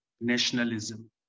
nationalism